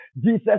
jesus